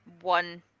one